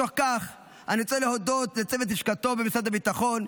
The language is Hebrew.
בתוך כך אני רוצה להודות לצוות לשכתו במשרד הביטחון,